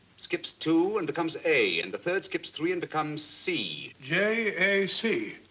skips two and becomes a and the third skips three and becomes c. j a c.